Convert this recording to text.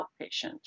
outpatient